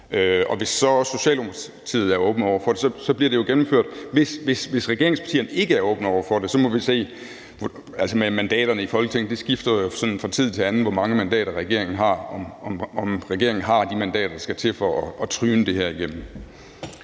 så også Socialdemokratiet er åbne over for det, bliver det jo gennemført. Hvis regeringspartierne ikke er åbne over for det, så må vi se med mandaterne i Folketinget; det skifter jo sådan fra tid til anden, hvor mange mandater regeringen har, og om regeringen har de mandater, der skal til for at tryne det her igennem.